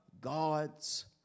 God's